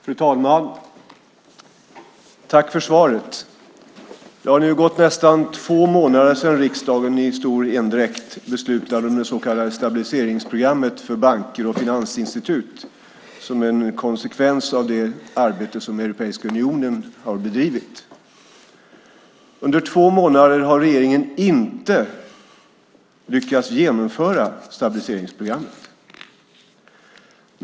Fru talman! Tack för svaret! Det har nu gått nästan två månader sedan riksdagen i stor endräkt beslutade om det så kallade stabiliseringsprogrammet för banker och finansinstitut som en konsekvens av det arbete som Europeiska unionen har bedrivit. Under två månader har regeringen inte lyckats genomföra stabiliseringsprogrammet.